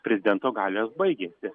prezidento galios baigėsi